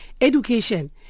education